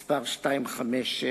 מס' 256,